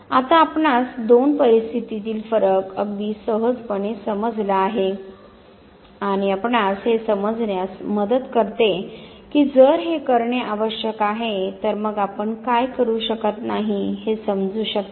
आता आपणास दोन परिस्थिती तील फरक अगदी सहजपणे समजला आहे आणि आपणास हे समजण्यास मदत करते की जर हे करणे आवश्यक आहे तर मग आपण काय करू शकत नाही हे समजू शकता